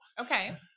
Okay